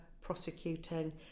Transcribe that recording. prosecuting